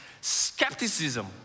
skepticism